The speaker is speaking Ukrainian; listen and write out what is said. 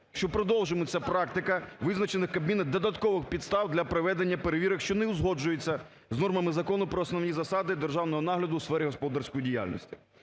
що продовжуватиметься практика визначених Кабміном додаткових підстав для проведення перевірок, що не узгоджується з нормами Закону про основні засади державного нагляду у сфері господарської діяльності.